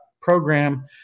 program